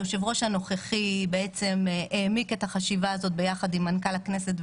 היושב-ראש הנוכחי העמיק את החשיבה הזאת יחד עם מנכ"ל הכנסת,